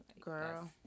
Girl